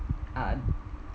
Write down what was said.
uh